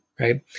right